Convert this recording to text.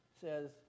says